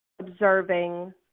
observing